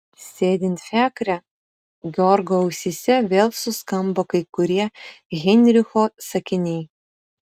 sėdint fiakre georgo ausyse vėl suskambo kai kurie heinricho sakiniai